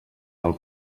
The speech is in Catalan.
del